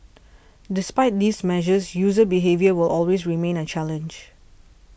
despite these measures user behaviour will always remain a challenge